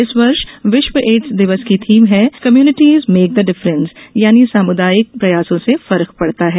इस वर्ष विश्व एडस दिवस की थीम है कम्यूनिटीज़ मेक द डिफरेंस यानि सामुदायिक प्रयासों से फर्क पड़ता है